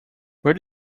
where